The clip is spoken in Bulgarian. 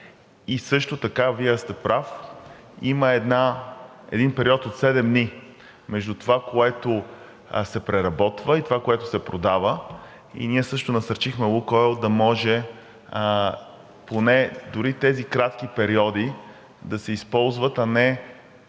Също така Вие сте прав – има един период от седем дни между това, което се преработва, и това, което се продава. Ние също насърчихме „Лукойл“ да може поне дори и тези кратки периоди да се използват, а не